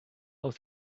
aus